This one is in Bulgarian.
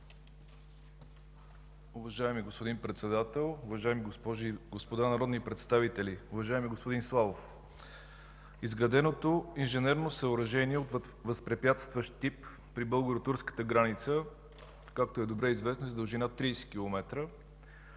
Уважаеми господин Председател, уважаеми госпожи и господа народни представители! Уважаеми господин Славов, изграденото инженерно съоръжение от възпрепятстващ тип при българо-турската граница, както е добре известно, е с дължина 30 км.